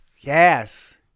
Yes